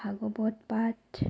ভাগৱত পাঠ